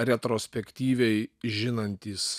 retrospektyviai žinantys